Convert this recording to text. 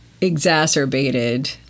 exacerbated